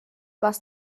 was